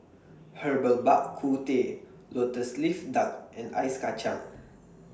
Herbal Bak Ku Teh Lotus Leaf Duck and Ice Kacang